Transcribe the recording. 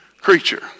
creature